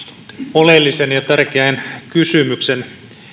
oleellisen ja tärkeän kysymyksen